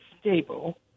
stable